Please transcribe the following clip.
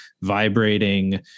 vibrating